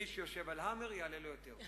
מי שיושב על "האמר" יעלה לו יותר.